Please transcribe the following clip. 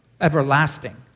everlasting